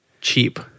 cheap